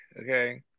Okay